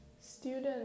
student